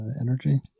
energy